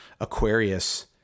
Aquarius